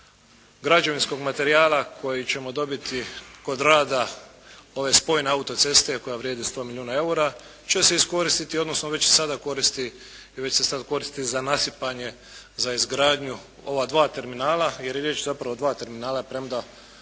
građevinskog materijala koji ćemo dobiti kod rada ove spojne auto-ceste koja vrijedi 100 milijuna eura će se iskoristiti, odnosno već sada koristi i već se sad koristi za nasipanje za izgradnju ova dva terminala, jer je riječ zapravo o dva terminala premda